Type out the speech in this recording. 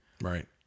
Right